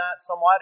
somewhat